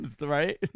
right